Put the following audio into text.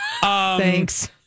Thanks